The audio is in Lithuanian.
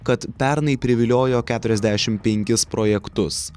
kad pernai priviliojo keturiasdešim penkis projektus